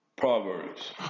Proverbs